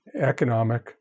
economic